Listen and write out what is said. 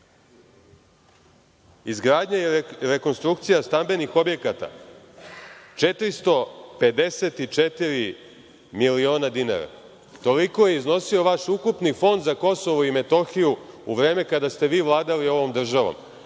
Izgradnja i rekonstrukcija stambenih objekata 454 miliona dinara. Toliko je iznosio vaš ukupni fond za KiM u vreme kada ste vi vladali ovom državom,